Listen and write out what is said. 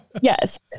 Yes